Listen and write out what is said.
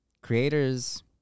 creators